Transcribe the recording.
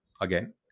again